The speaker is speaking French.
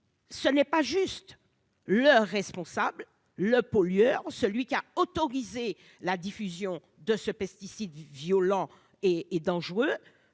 ce n'est pas juste le responsable, le pollueur, celui qui a autorisé la diffusion de ce pesticide violent et et dangereux,